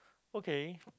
okay